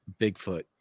Bigfoot